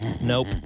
Nope